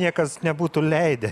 niekas nebūtų leidę